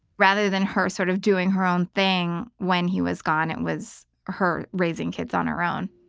rather than her sort of doing her own thing when he was gone it was her raising kids on her own.